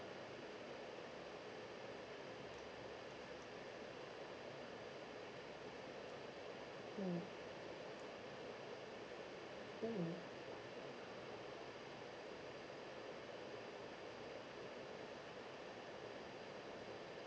mm mm